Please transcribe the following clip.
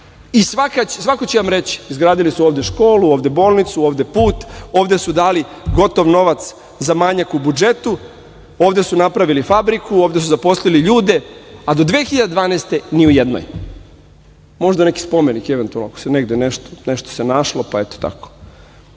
Svako će vam reći – izgradili su ovde školu, ovde bolnicu, ovde put, ovde su dali gotov novac za manjak u budžetu, ovde su napravili fabriku, ovde su zaposlili ljude, a do 2012. godine ni u jednoj. Možda neki spomenik, eventualno, ako se negde nešto našlo, pa eto